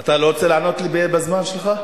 אתה לא רוצה לענות לי בזמן שלך?